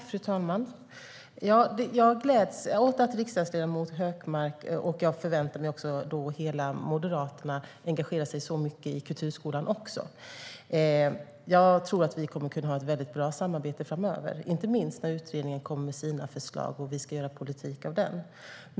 Fru talman! Jag gläds åt att riksdagsledamot Hökmark och, förväntar jag mig, hela Moderaterna engagerar sig så mycket i kulturskolan. Jag tror att vi kommer att kunna ha ett bra samarbete framöver, inte minst när utredningen kommer med sina förslag och vi ska göra politik av dem.